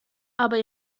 aber